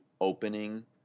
opening